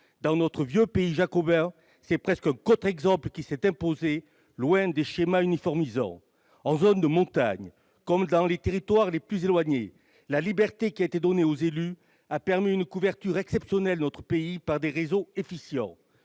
Dans notre vieux pays jacobin, c'est presque un contre-exemple qui s'est imposé, loin des schémas d'uniformisation. Dans les zones de montagne comme dans les territoires les plus éloignés, la liberté qui a été donnée aux élus a permis une couverture exceptionnelle de notre pays par des réseaux efficients.